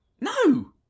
No